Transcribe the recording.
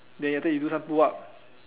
then after that you do some pull up